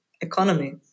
economy